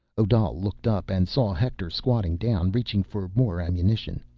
odal looked up and saw hector squatting down, reaching for more ammunition.